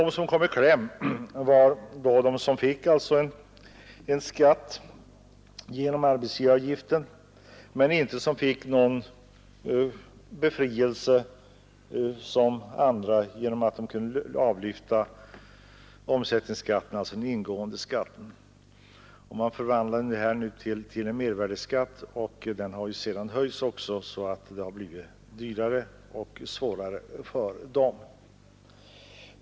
De som kom i kläm var de som fick en skatt genom arbetsgivaravgiften men däremot ingen befrielse genom att de kunde avlyfta omsättningsskatten, dvs. den ingående skatten. Man förvandlade omsättningsskatten till en mervärdeskatt. Den har senare höjts, så att det blivit dyrare och svårare för dem.